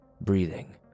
Breathing